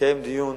יתקיים דיון,